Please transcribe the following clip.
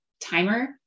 timer